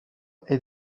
êtes